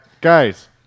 guys